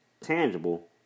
tangible